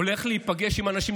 הולך להיפגש עם אנשים,